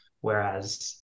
Whereas-